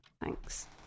Thanks